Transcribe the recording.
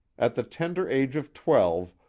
at the tender age of twelve,